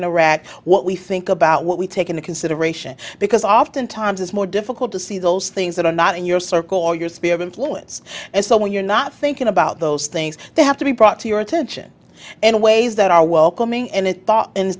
interact what we think about what we take into consideration because oftentimes it's more difficult to see those things that are not in your circle or your spirit influence and so when you're not thinking about those things they have to be brought to your attention in ways that are welcoming and thought and